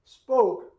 spoke